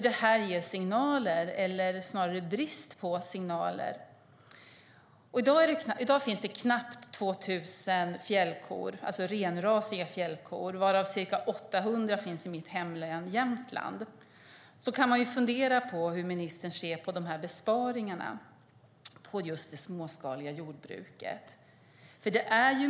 Det här ger signaler - eller det är snarare brist på signaler. I dag finns det knappt 2 000 renrasiga fjällkor, varav ca 800 finns i mitt hemlän Jämtland. Då kan man fundera hur ministern ser på dessa besparingar på det småskaliga jordbruket.